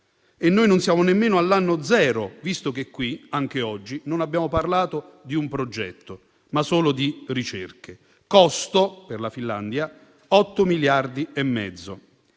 Noi non siamo nemmeno all'anno zero, visto che qui anche oggi non abbiamo parlato di un progetto, ma solo di ricerche. Il costo per la Finlandia è stato di 8,5